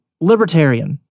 libertarian